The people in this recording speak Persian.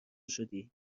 شدی